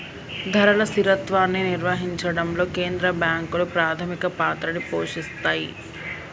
ధరల స్థిరత్వాన్ని నిర్వహించడంలో కేంద్ర బ్యాంకులు ప్రాథమిక పాత్రని పోషిత్తాయ్